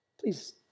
please